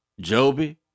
Joby